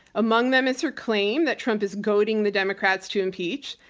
among them, is her claim that trump is goading the democrats to impeach.